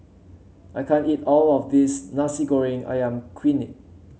I can't eat all of this Nasi Goreng ayam kunyit